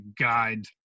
guide